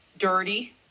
dirty